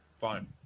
Fine